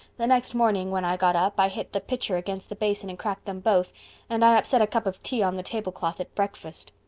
the next morning when i got up i hit the pitcher against the basin and cracked them both and i upset a cup of tea on the tablecloth at breakfast.